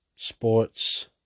sports